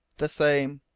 the same.